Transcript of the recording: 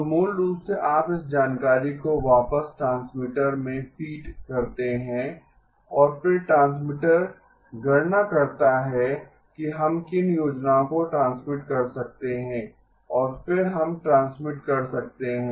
तो मूल रूप से आप इस जानकारी को वापस ट्रांसमीटर में फीड करते हैं और फिर ट्रांसमीटर गणना करता है कि हम किन योजनाओं को ट्रांसमिट कर सकते हैं और फिर हम ट्रांसमिट कर सकते हैं